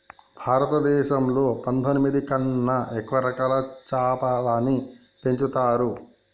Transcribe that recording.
భారతదేశంలో పందొమ్మిది కన్నా ఎక్కువ రకాల చాపలని పెంచుతరు